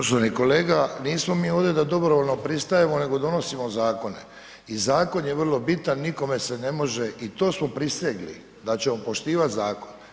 Poštovani kolega nismo mi ovdje da dobrovoljno pristajemo nego donosimo zakone i zakon je vrlo bitan, nikome se ne može i to smo prisegli da ćemo poštivati zakon.